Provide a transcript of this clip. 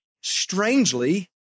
strangely